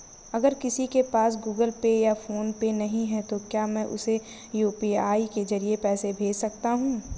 अगर किसी के पास गूगल पे या फोनपे नहीं है तो क्या मैं उसे यू.पी.आई के ज़रिए पैसे भेज सकता हूं?